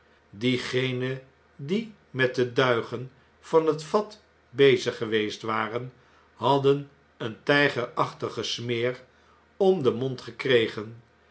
diegenen die met de duigen van het vat bezig geweest waren hadden een tjjgerachtigen smeer om den mond gekregen